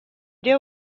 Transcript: deal